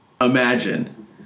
imagine